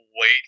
wait